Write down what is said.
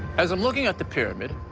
as i'm looking at the pyramid,